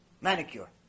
manicure